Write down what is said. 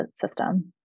system